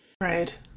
Right